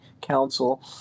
council